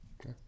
okay